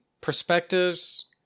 perspectives